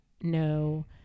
no